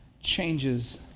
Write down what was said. changes